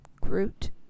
Groot